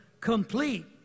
complete